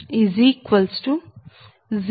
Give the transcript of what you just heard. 217421